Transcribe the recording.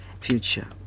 future